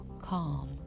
calm